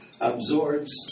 absorbs